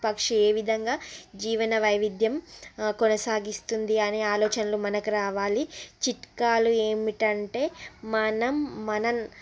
ఆ పక్షి ఏ విధంగా జీవన వైవిధ్యం కొనసాగిస్తుంది అనే ఆలోచనలు మనకు రావాలి చిట్కాలు ఏమిటీ అంటే మనం మన